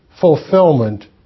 fulfillment